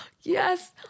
yes